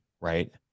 right